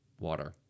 water